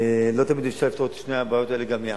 לא תמיד אפשר לפתור את שתי הבעיות האלה גם יחד.